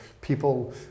people